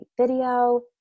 video